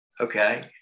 Okay